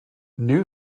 new